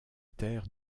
terre